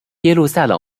耶路撒冷